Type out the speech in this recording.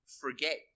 forget